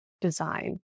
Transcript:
design